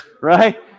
Right